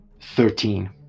Thirteen